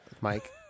Mike